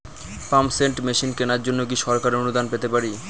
Pump set machine কেনার জন্য কি সরকারি অনুদান পেতে পারি?